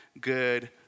good